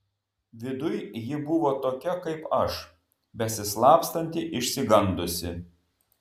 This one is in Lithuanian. viduj ji buvo tokia kaip aš besislapstanti išsigandusi